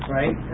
right